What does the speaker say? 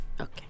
Okay